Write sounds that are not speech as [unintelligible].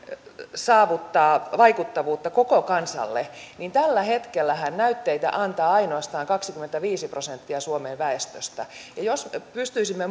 saavuttaa vaikuttavuutta koko kansalle niin tällä hetkellähän näytteitä antaa ainoastaan kaksikymmentäviisi prosenttia suomen väestöstä ja jos pystyisimme [unintelligible]